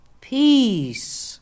Peace